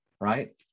right